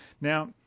Now